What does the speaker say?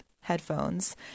headphones